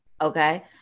okay